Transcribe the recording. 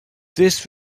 this